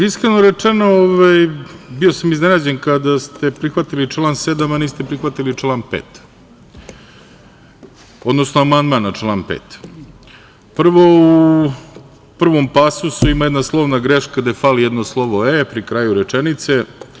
Iskreno rečeno, bio sam iznenađen kada ste prihvatili amandman na član 7, a niste prihvatili amandman na član 5. Prvo, u prvom pasusu ima jedna slovna greška, gde fali jedno slovo „e“ pri kraju rečenice.